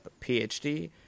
PhD